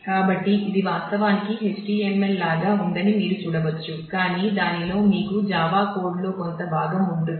కాబట్టి ఇది వాస్తవానికి HTML లాగా ఉందని మీరు చూడవచ్చు కానీ దానిలో మీకు జావా కోడ్లో కొంత భాగం ఉంటుంది